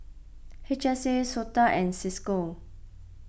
H S A Sota and Cisco